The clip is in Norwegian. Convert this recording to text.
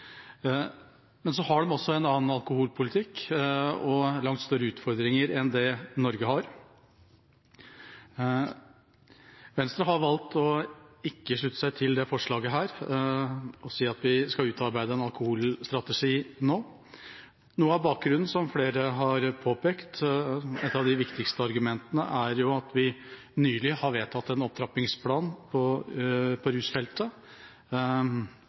Men så har de også en annen alkoholpolitikk og langt større utfordringer enn det Norge har. Venstre har valgt ikke å slutte seg til dette forslaget om at vi skal utarbeide en alkoholstrategi nå. Som flere har påpekt, er et av de viktigste argumentene at vi nylig har vedtatt en opptrappingsplan på rusfeltet